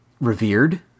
revered